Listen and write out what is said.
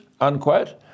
unquote